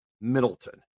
Middleton